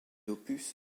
opus